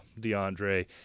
DeAndre